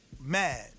mad